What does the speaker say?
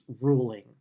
ruling